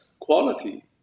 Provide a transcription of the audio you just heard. quality